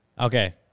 Okay